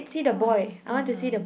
I don't understand ah